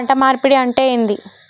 పంట మార్పిడి అంటే ఏంది?